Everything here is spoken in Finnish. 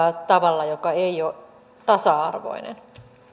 tavalla joka ei ole tasa arvoinen